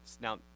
now